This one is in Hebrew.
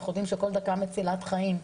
שכל דקה מצילת חיים.